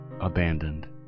abandoned